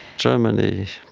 germany,